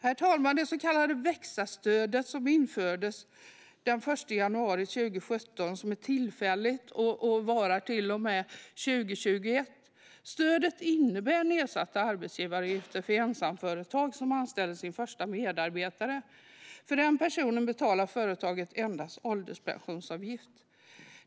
Herr talman! Det så kallade växa-stödet som infördes den 1 januari 2017 är tillfälligt; det varar till och med 2021. Stödet innebär nedsatta arbetsgivaravgifter för enmansföretag som anställer sin första medarbetare. För den personen betalar företaget endast ålderspensionsavgift.